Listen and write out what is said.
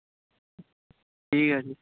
ঠিক আছে